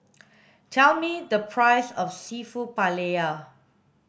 tell me the price of Seafood Paella